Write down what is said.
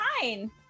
fine